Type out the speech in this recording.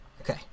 Okay